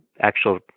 actual